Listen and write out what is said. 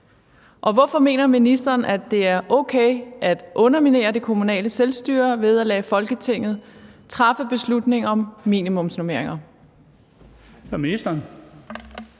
og hvorfor mener ministeren, at det er okay at underkende det kommunale selvstyre ved at lade Folketinget træffe beslutning om minimumsnormeringer?